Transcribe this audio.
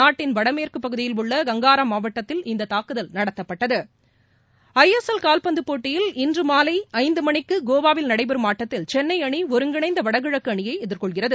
நாட்டின் வடமேற்கு பகுதியில் உள்ள கங்காரா மாவட்டத்தில் இந்த தாக்குதல் நடத்தப்பட்டது ஐஎஸ்எல் கால்பந்து போட்டியில் இன்று மாலை ஐந்து மணிக்கு கோவாவில் நடைபெறும் ஆட்டத்தில் சென்னை அணி ஒருங்கிணைந்த வடகிழக்கு அணியை எதிர்கொள்கிறது